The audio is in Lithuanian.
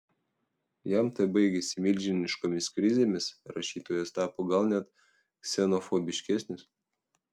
jam tai baigėsi milžiniškomis krizėmis rašytojas tapo gal net ksenofobiškesnis